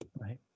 right